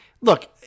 Look